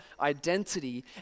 identity